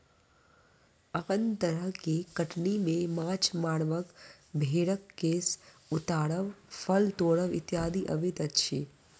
आन तरह के कटनी मे माछ मारब, भेंड़क केश उतारब, फल तोड़ब इत्यादि अबैत अछि